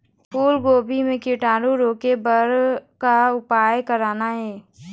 फूलगोभी म कीटाणु रोके बर का उपाय करना ये?